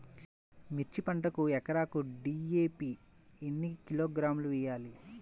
మిర్చి పంటకు ఎకరాకు డీ.ఏ.పీ ఎన్ని కిలోగ్రాములు వేయాలి?